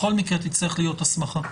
בכל מקרה תצטרך להיות הסמכה.